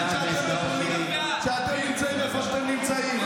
מבינים לגמרי שאתם מתוסכלים שאתם נמצאים איפה שאתם נמצאים.